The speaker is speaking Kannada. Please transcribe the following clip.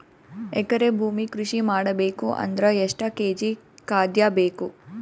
ಎಕರೆ ಭೂಮಿ ಕೃಷಿ ಮಾಡಬೇಕು ಅಂದ್ರ ಎಷ್ಟ ಕೇಜಿ ಖಾದ್ಯ ಬೇಕು?